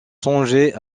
songeait